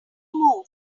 move